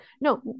No